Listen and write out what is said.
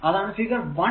അതാണ് ഫിഗർ 1